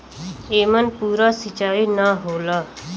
एमन पूरा सींचाई ना होला